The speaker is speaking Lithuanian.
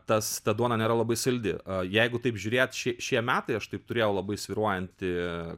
tas ta duona nėra labai saldi a jeigu taip žiūrėt ši šie metai aš taip turėjau labai svyruojantį